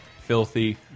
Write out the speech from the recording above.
Filthy